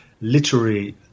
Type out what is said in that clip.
literary